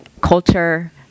culture